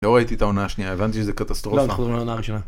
לא ראיתי את ההונה השנייה, הבנתי שזה קטסטרופה. לא, נתחלנו מההונה הראשונה.